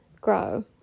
grow